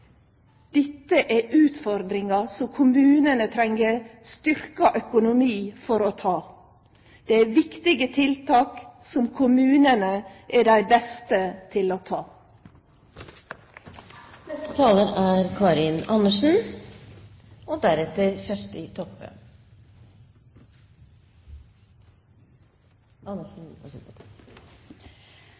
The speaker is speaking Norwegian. Dette er utfordringar som kommunane treng styrkt økonomi for å ta. Det er viktige tiltak som kommunane er dei beste til å ta. Med erfaring fra gjennomføringen av Nav-reformen må jeg si at jeg er